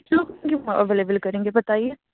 کیوں ایویلیبل کریں گے بتائیے